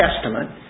Testament